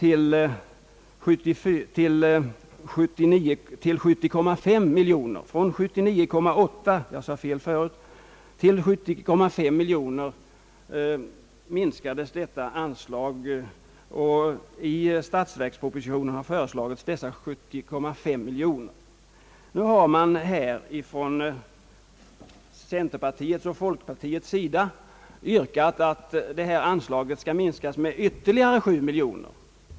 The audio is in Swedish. I budgetarbetet minskades emellertid denna summa till 70,5 miljoner, och det är vad som föreslagits i statsverkspropositionen. Nu har man från centerpartiets och folkpartiets sida yrkat att detta anslag skall minskas med ytterligare 7 miljoner kronor.